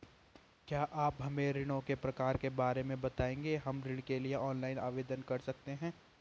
क्या आप हमें ऋणों के प्रकार के बारे में बताएँगे हम ऋण के लिए ऑनलाइन आवेदन कर सकते हैं?